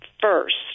first